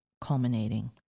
culminating